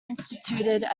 instituted